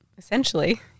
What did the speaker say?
essentially